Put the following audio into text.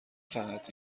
فقط